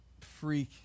freak